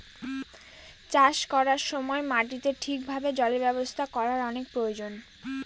চাষ করার সময় মাটিতে ঠিক ভাবে জলের ব্যবস্থা করার অনেক প্রয়োজন